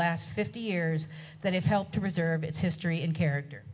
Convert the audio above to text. last fifty years that it helped to preserve its history and character